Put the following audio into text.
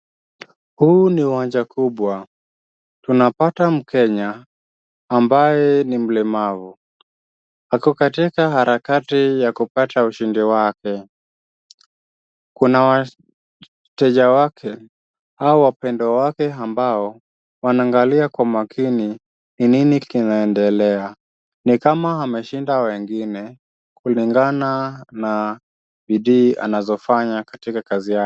Huu ni uwanja kubwa, tunapata mkenya ambaye ni mlemavu, ako katika harakati ya kupata ushindi wake. Kuna wateja wake au wapendwa wake ambao wanaangalia kwa makini ni nini kinaendelea, ni kama ameshinda wengine kulingana na bidii anazofanya katika kazi yake.